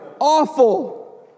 awful